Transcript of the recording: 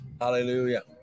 Hallelujah